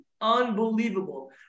Unbelievable